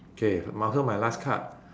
okay might as well my last card